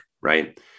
right